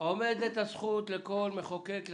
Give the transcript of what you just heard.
עומדת הזכות לכל מחוקק לחוקק,